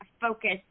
focus